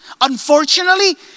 Unfortunately